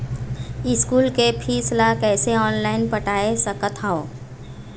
School के फीस ला कैसे ऑनलाइन पटाए सकत हव?